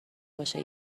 باشه